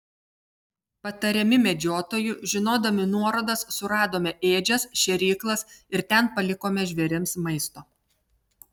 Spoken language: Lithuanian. patariami medžiotojų žinodami nuorodas suradome ėdžias šėryklas ir ten palikome žvėrims maisto